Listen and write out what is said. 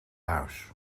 huis